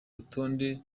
rutonde